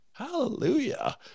Hallelujah